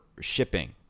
shipping